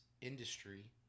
industry